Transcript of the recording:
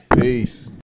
Peace